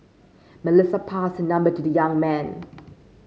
Melissa passed her number to the young man